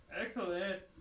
Excellent